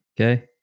Okay